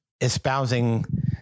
espousing